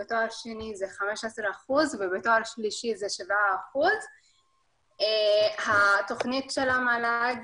בתואר השני זה 15% ובתואר שלישי זה 7%. היעדים של התוכנית של המל"ג